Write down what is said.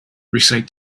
recite